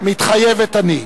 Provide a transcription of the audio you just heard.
מתחייבת אני.